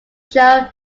show